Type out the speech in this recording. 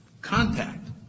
contact